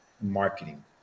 marketing